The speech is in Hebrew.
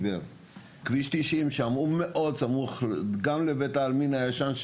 כביש 90 שם הוא מאוד סמוך גם לבית העלמין הישן,